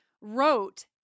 wrote